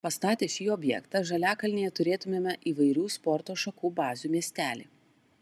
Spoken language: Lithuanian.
pastatę šį objektą žaliakalnyje turėtumėme įvairių sporto šakų bazių miestelį